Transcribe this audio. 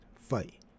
fight